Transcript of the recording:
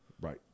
Right